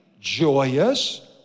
joyous